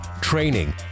training